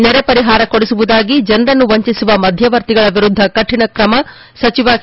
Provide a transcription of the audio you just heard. ನೆರೆ ಪರಿಹಾರ ಕೊಡಿಸುವುದಾಗಿ ಜನರನ್ನು ವಂಚಿಸುವ ಮಧ್ಯವರ್ತಿಗಳ ವಿರುದ್ದ ಕಠಿಣ ಕ್ರಮ ಸಚಿವ ಕೆ